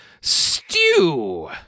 stew